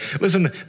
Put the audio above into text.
listen